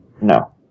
No